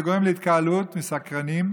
זה גורם להתקהלות סקרנים.